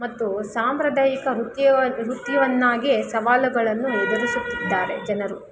ಮತ್ತು ಸಾಂಪ್ರದಾಯಿಕ ವೃತ್ತಿಯು ಆ ವೃತ್ತಿವನ್ನಾಗೇ ಸವಾಲುಗಳನ್ನು ಎದುರಿಸುತ್ತಿದ್ದಾರೆ ಜನರು